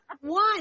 one